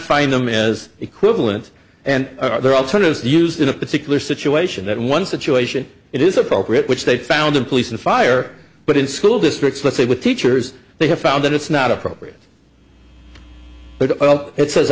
find them as equivalent and are there alternatives used in a particular situation that one situation it is appropriate which they found in police and fire but in school districts let's say with teachers they have found that it's not appropriate but well it